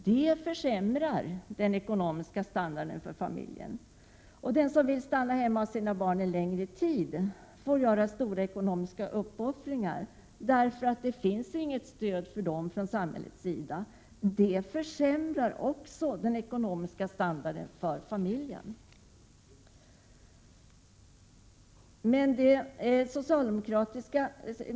Detta försämrar familjens ekonomiska standard. Den som vill stanna hemma hos sina barn en längre tid får göra stora ekonomiska uppoffringar, eftersom det inte finns något stöd från samhällets sida för dessa familjer. Också detta försämrar familjens ekonomiska standard.